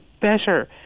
better